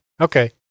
Okay